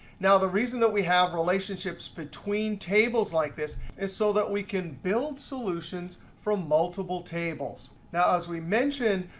now, the reason that we have relationships between tables like this is so that we can build solutions from multiple tables. now as we mentioned,